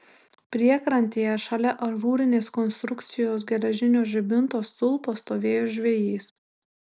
priekrantėje šalia ažūrinės konstrukcijos geležinio žibinto stulpo stovėjo žvejys